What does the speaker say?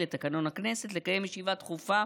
לתקנון הכנסת לקיים ישיבה דחופה